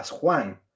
Juan